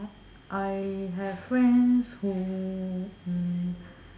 I have friends who mm